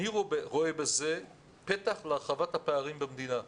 אני רואה בזה פתח להרחבת הפערים במדינת ישראל.